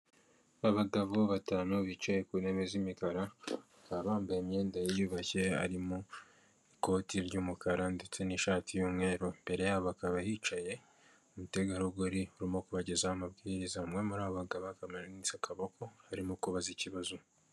Abagabo batanu bicaye ku ntebe z'imikara, bakaba bambaye imyenda yiyubashye, harimo ikoti ry'umukara ndetse n'ishati y'umweru, imbere ya bo hakaba hicaye umutegarugori urimo kubagezaho amabwiriza, umwe muri aba bagabo akaba amanitse akaboko arimo kubaza ikibazo.